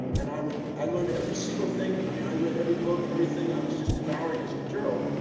and i would, i learned every single thing. i mean, i read every book, everything. i was just devouring his material.